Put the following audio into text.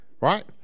Right